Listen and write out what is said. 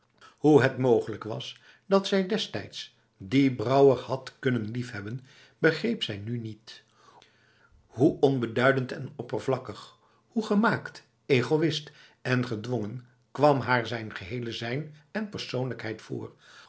hoe het mogelijk was dat zij destijds dien brouwer had kunnen liefhebben begreep zij nu niet hoe onbeduidend en oppervlakkig hoe gemaakt egoïst en gedwongen kwam haar zijn geheele zijn en persoonlijkheid voor